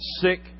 sick